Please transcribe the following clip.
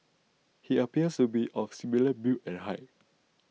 he appears to be of similar build and height